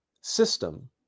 system